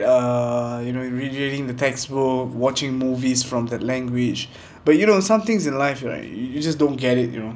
uh you know reviewing the textbook watching movies from that language but you know somethings in life right you just don't get it you know